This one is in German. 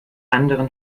anderen